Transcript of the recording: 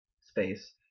Space